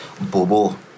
Bobo